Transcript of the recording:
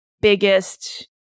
biggest